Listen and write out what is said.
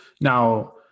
Now